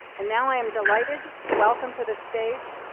and now, i'm delighted to welcome to the stage,